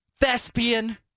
thespian